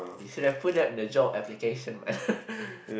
you should have put that in the job application what